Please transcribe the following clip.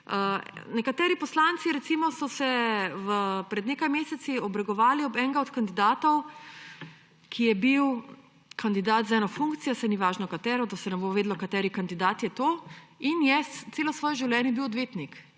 Nekateri poslanci, recimo, so se pred nekaj meseci obregovali ob enega od kandidatov, ki je bil kandidat za eno funkcijo, saj ni važno katero, da se ne bo vedelo, kateri kandidat je to, in je celo svoje življenje bil odvetnik.